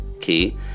key